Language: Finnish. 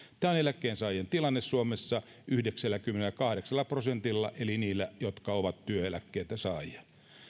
tämä on eläkkeensaajien tilanne suomessa yhdeksälläkymmenelläkahdeksalla prosentilla eli niillä jotka ovat työeläkkeitten saajia